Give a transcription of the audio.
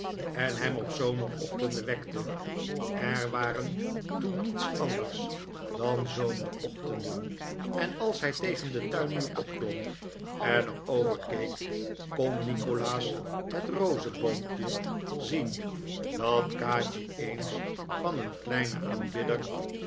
en hem op zomerochtenden wekte er waren toen niets anders dan zomerochtenden en als hij tegen den tuinmuur opklom en er over keek kon nikolaas het rozeboompje zien dat kaatje eens van een kleinen aanbidder